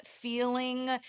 feeling